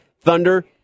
Thunder